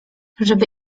żeby